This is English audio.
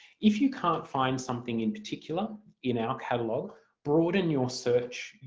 if you can't find something in particular in our catalogue broaden your search,